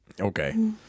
Okay